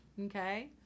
okay